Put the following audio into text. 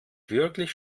wirklich